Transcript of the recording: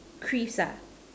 Chris ah